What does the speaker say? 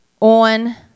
on